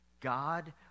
God